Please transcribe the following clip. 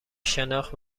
شناخت